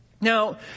Now